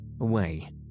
away